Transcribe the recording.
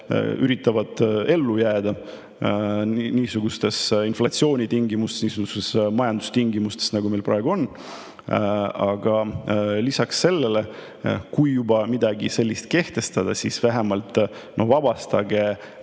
üritavad ellu jääda niisugustes inflatsioonitingimustes ja majandustingimustes, nagu meil praegu on. Lisaks, kui juba midagi sellist kehtestada, siis vähemalt vabastage